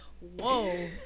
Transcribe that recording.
Whoa